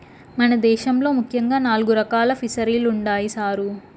మన దేశంలో ముఖ్యంగా నాలుగు రకాలు ఫిసరీలుండాయి సారు